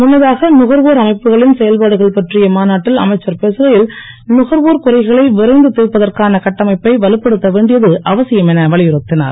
முன்னதாக நுகர்வோர் அமைப்புகளின் செயல்பாடுகள் பற்றிய மாநாட்டில் அமைச்சர் பேசுகையில் நுகர்வோர் குறைகளை விரைந்து திர்ப்பதற்கான கட்டமைப்பை வலுப்படுத்த வேண்டியது அவசியம் என வலியுறுத்தினார்